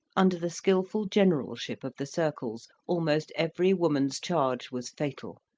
under the skilful generalship of the circles almost every woman's charge was fatal,